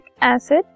acid